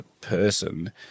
person